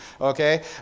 okay